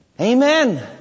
Amen